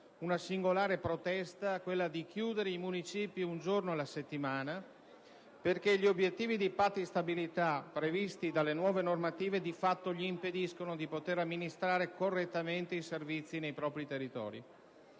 una singolare protesta, ossia chiudere i municipi un giorno alla settimana, perché gli obiettivi del Patto di stabilità interno previsti dalle nuove normative di fatto impediscono loro di amministrare correttamente i servizi nei propri territori.